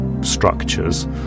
structures